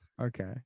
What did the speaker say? Okay